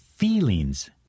feelings